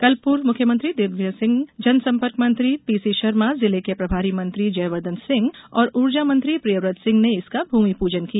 कल पूर्व मुख्यमंत्री दिग्विजय सिंह जन संपर्क मंत्री पीसी शर्मा जिले के प्रभारी मंत्री जयवर्धन सिंह और ऊर्जा मंत्री प्रियव्रत सिंह ने इसका भूमि पूजन किया